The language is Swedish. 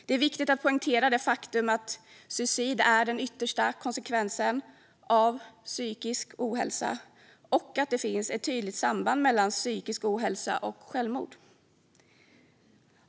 Det är viktigt att poängtera det faktum att suicid är den yttersta konsekvensen av psykisk ohälsa och att det finns ett tydligt samband mellan psykisk ohälsa och självmord.